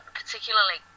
particularly